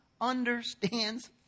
understands